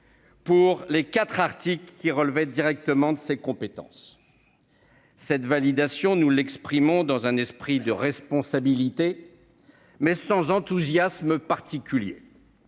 pour les quatre articles relevant directement de ses compétences. Nous exprimons cette validation dans un esprit de responsabilité, mais sans enthousiasme particulier.